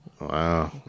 Wow